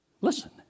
Listen